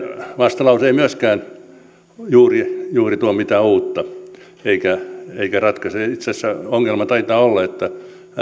vastalause ei myöskään tuo juuri mitään uutta eikä ratkaise itse asiassa ongelma taitaa olla että